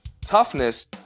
Toughness